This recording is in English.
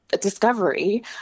discovery